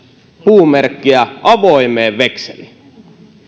puumerkkiä avoimeen vekseliin